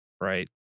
right